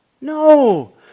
No